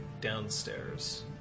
downstairs